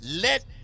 let